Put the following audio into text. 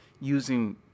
using